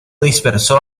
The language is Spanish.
dispersó